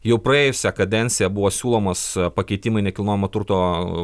jau praėjusią kadenciją buvo siūlomos pakeitimai nekilnojamo turto